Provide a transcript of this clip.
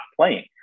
playing